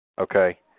Okay